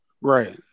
Right